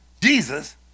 Jesus